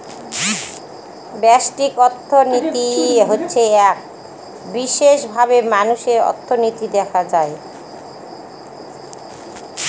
ব্যষ্টিক অর্থনীতি হচ্ছে এক বিশেষভাবে মানুষের অর্থনীতি দেখা হয়